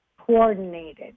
coordinated